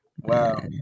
Wow